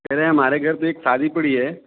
कह रहे हैं हमारे घर पर एक शादी पड़ी है